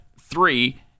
three